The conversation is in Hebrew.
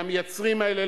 למייצרים האלה,